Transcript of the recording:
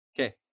Okay